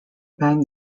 been